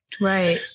Right